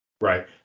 Right